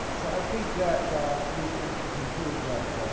so, i think that we should conclude that